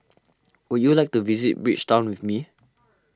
would you like to visit Bridgetown with me